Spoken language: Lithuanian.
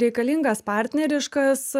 reikalingas partneriškas